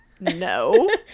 no